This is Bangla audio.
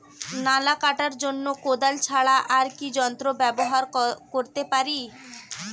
নালা কাটার জন্য কোদাল ছাড়া আর কি যন্ত্র ব্যবহার করতে পারি?